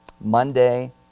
Monday